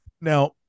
Now